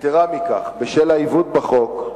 יתירה מכך, בשל העיוות בחוק,